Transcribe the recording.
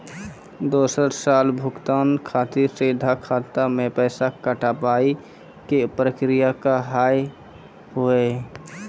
दोसर साल भुगतान खातिर सीधा खाता से पैसा कटवाए के प्रक्रिया का हाव हई?